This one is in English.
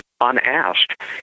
unasked